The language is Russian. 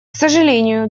сожалению